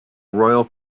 royal